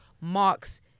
Marks